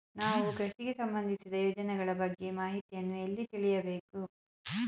ನಾವು ಕೃಷಿಗೆ ಸಂಬಂದಿಸಿದ ಯೋಜನೆಗಳ ಬಗ್ಗೆ ಮಾಹಿತಿಯನ್ನು ಎಲ್ಲಿ ತಿಳಿಯಬೇಕು?